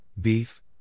beef